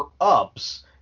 ups